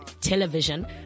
television